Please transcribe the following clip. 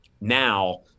now